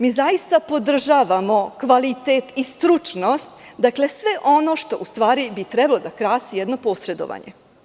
Mi zaista podržavamo kvalitet i stručnost, sve ono što bi trebalo da krasi jedno posredovanje.